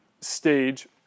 stage